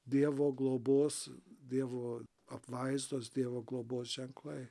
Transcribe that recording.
dievo globos dievo apvaizdos dievo globos ženklai